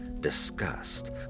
disgust